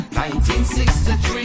1963